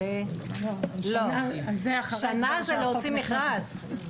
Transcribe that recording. שנה זה להוציא מכרז.